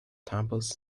tumbles